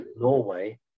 Norway